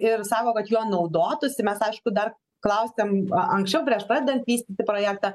ir sako kad juo naudotųsi mes aišku dar klausėm anksčiau prieš pradedant vystyti projektą